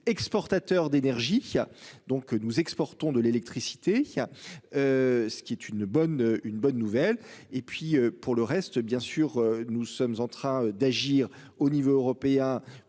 exportateur d'énergie qui a donc nous exportons de l'électricité, il y a. Ce qui est une bonne, une bonne nouvelle et puis pour le reste, bien sûr, nous sommes en train d'agir au niveau européen